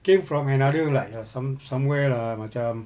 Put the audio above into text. came from another like like some~ somewhere lah macam